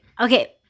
okay